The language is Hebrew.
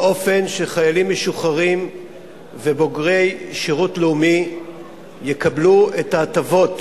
באופן שחיילים משוחררים ובוגרי שירות לאומי יקבלו את ההטבות